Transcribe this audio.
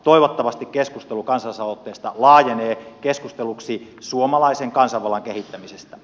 toivottavasti keskustelu kansalaisaloitteesta laajenee keskusteluksi suomalaisen kansanvallan kehittämisestä